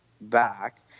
back